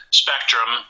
spectrum